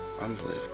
Unbelievable